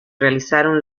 realizaron